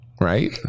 right